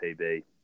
PB